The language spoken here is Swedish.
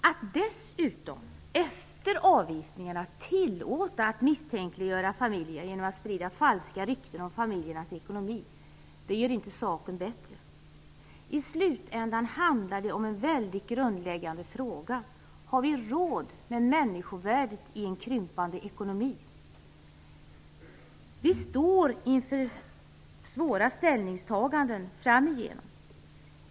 Att dessutom efter avvisningarna tillåta att familjerna misstänkliggörs genom falska rykten om deras ekonomi gör inte saken bättre. I slutändan handlar det om en väldigt grundläggande fråga: Har vi råd med människovärdet i en krympande ekonomi? Vi står inför svåra ställningstaganden framöver.